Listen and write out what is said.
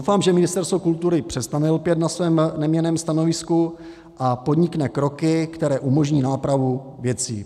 Doufám, že Ministerstvo kultury přestane lpět na svém neměnném stanovisku a podnikne kroky, které umožní nápravu věcí.